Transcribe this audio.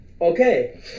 Okay